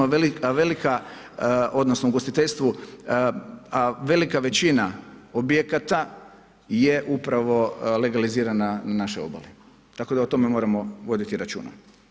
A velika odnosno, ugostiteljstvu, a velika većina objekata je upravo legalizirana na našoj obali, tako da o tome moramo voditi računa.